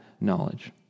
knowledge